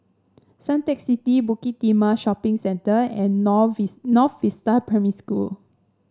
Suntec City Bukit Timah Shopping Centre and North Vista Primary School